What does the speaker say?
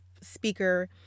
speaker